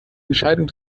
entscheidung